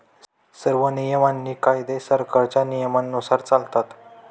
सर्व नियम आणि कायदे सरकारच्या नियमानुसार चालतात